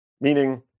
meaning